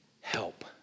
help